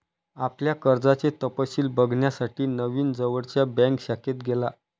आपल्या कर्जाचे तपशिल बघण्यासाठी नवीन जवळच्या बँक शाखेत गेला